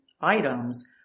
items